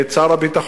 ואת שר הביטחון,